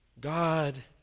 God